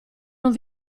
non